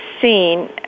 seen